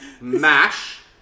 Mash